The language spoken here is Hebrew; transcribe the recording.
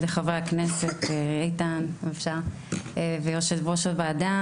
ידי חבר הכנסת איתן ויושבת ראש הוועדה,